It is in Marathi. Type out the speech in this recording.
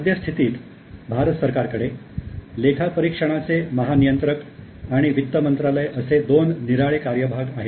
सद्य स्थितीत भारत सरकारकडे लेखापरीक्षणाचे महा नियन्त्रक आणि वित्त मंत्रालय असे दोन निराळे कार्यभाग आहेत